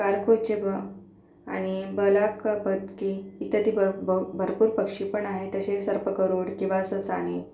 कारकोचक आणि बलक बदके इत्यादी भर भरपूर पक्षी पण आहेत तसेच सर्पगरूड किंवा ससाणे